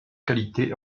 qualités